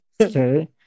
okay